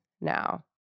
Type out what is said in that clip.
now